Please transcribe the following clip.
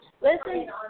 Listen